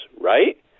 right